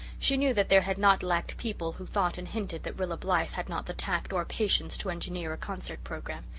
she knew that there had not lacked people who thought and hinted that rilla blythe had not the tact or patience to engineer a concert programme.